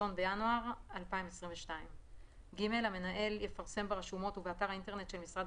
בינואר 2022). (ג) המנהל יפרסם ברשומות ובאתר האינטרנט של משרד